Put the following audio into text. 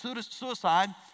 suicide